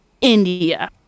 India